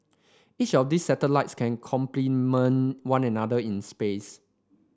each of these satellites can complement one another in space